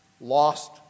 Lost